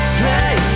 play